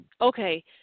okay